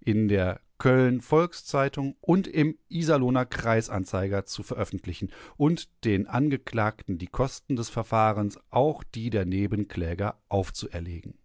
in der köln volksztg und im iserl kreisanz zu veröffentlichen und den angeklagten die kosten des verfahrens auch die der nebenkläger aufzuerlegen